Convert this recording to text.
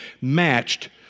matched